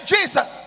Jesus